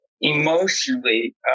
emotionally